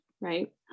right